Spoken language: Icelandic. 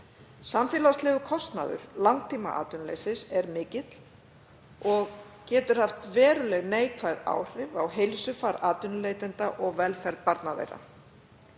Samfélagslegur kostnaður langtímaatvinnuleysis er mikill og getur haft veruleg neikvæð áhrif á heilsufar atvinnuleitenda og velferð barna þeirra.